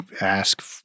ask